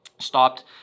stopped